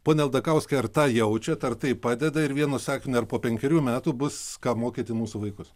pone aldakauskai ar tą jaučiat ar tai padeda ir vienu sakiniu ar po penkerių metų bus kam mokyti mūsų vaikus